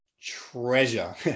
treasure